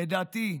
לדעתי,